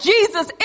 Jesus